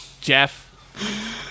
Jeff